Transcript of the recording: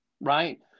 right